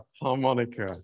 harmonica